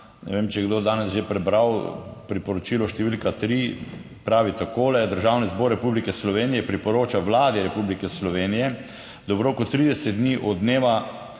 Ne vem, če je kdo danes že prebral priporočilo številka tri, pravi takole: Državni zbor Republike Slovenije priporoča Vladi Republike Slovenije, da v roku 30 dni od dneva